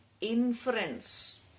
inference